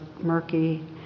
murky